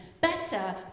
better